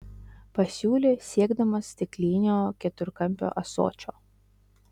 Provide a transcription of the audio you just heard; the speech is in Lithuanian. pasiūlė siekdamas stiklinio keturkampio ąsočio